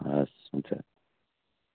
हस् हुन्छ